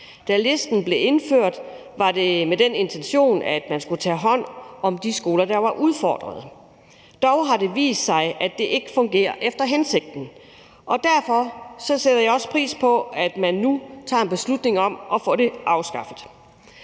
Da listen blev indført, var det med den intention, at man skulle tage hånd om de skoler, der var udfordrede. Dog har det vist sig, at det ikke fungerer efter hensigten, og derfor sætter jeg også pris på, at man nu tager en beslutning om at få det afskaffet.